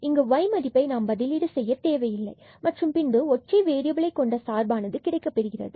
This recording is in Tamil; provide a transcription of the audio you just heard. இங்கு y மதிப்பை நாம் பதிலீடு செய்ய தேவை இல்லை மற்றும் பின்பு ஒற்றை வேறியபில்களைக் கொண்ட சார்பானது கிடைக்கப்பெறுகிறது